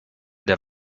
der